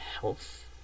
health